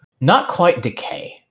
not-quite-decay